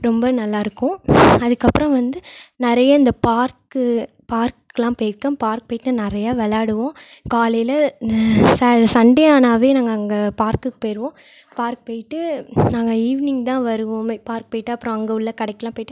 ரொம்ப நல்லா இருக்கும் அதுக்கப்புறம் வந்து நிறைய இந்த பார்க்கு பார்க்கெலாம் போயிருக்கேன் பார்க் போயிட்டு நிறையா விளையாடுவோம் காலையில் ந ச சண்டே ஆனாவே நாங்கள் அங்கே பார்க்குக்கு போயிருவோம் பார்க் போயிட்டு நாங்கள் ஈவினிங் தான் வருவோமே பார்க் போயிட்டு அப்புறம் அங்கே உள்ளே கடைக்கெலாம் போயிட்டு